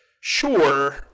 sure